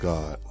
God